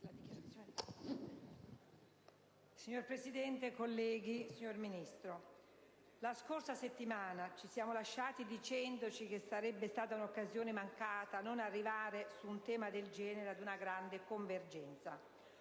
Signor Presidente, onorevoli colleghi, signora Ministro, la scorsa settimana ci siamo lasciati dicendoci che sarebbe stata un'occasione mancata non arrivare, su un tema del genere, ad una grande convergenza.